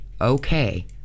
okay